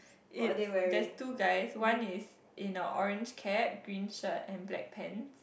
it that's two guys one is in a orange cap green shirt and black pants